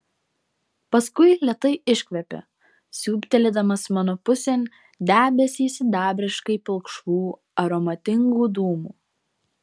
paskui lėtai iškvėpė siūbtelėdamas mano pusėn debesį sidabriškai pilkšvų aromatingų dūmų